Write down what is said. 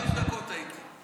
חמש דקות הייתי.